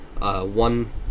One